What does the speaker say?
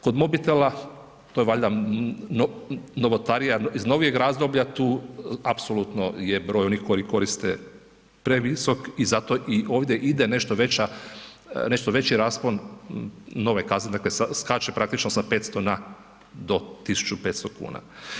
Kod mobitela, to je valjda novotarija iz novijeg razdoblja, tu apsolutno je broj onih koji koriste previsok i zato i ovdje ide nešto veći raspon nove kazne, dakle, skače praktično sa 500 na do 1.500,00 kn.